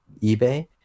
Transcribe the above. eBay